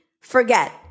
forget